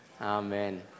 Amen